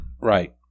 Right